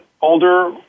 older